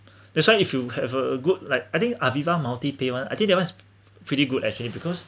this one if you have a good like I think Aviva multi pay [one] I think that one is pretty good actually because